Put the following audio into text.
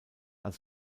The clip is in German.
als